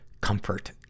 comfort